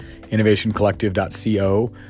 innovationcollective.co